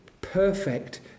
perfect